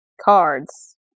cards